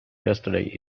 yesterday